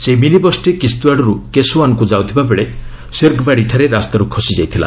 ସେହି ମିନିବସ୍ଟି କିସ୍ୱାଡ୍ରୁ କେଶୱାନ୍କୁ ଯାଉଥିବାବେଳେ ଶିର୍ଗ୍ବାଡ଼ିଠାରେ ରାସ୍ତାର୍ ଖସିଯାଇଥିଲା